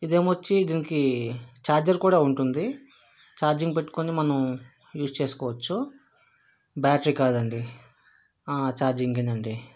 ఇది ఏమో దీనికి చార్జర్ కూడా ఉంటుంది ఛార్జింగ్ పెట్టుకుని మనం యూజ్ చేసుకోవచ్చు బ్యాటరీ కాదండి ఛార్జింగ్యే అండి